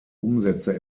umsätze